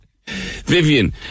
Vivian